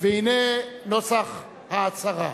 והנה נוסח ההצהרה: